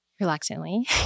reluctantly